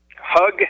Hug